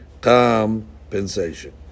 compensation